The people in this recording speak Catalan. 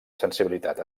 sensibilitat